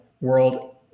world